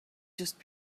just